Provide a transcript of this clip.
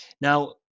Now